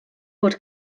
fod